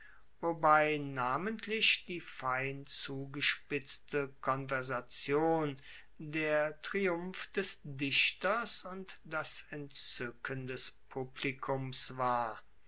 wobei namentlich die fein zugespitzte konversation der triumph des dichters und das entzuecken des publikums war